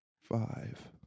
Five